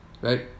right